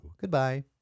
goodbye